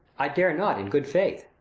i dare not, in good faith.